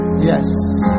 Yes